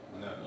No